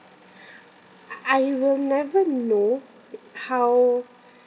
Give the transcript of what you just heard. I I will never know how